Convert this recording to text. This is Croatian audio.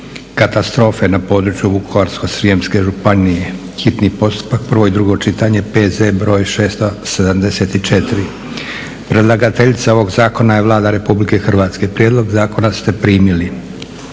katastrofe na području Vukovarsko-srijemske županije, hitni postupak, prvo i drugo čitanje, P.Z. br. 674 Predlagateljica zakona je Vlada RH. Prijedlog zakona ste primili.